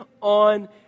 on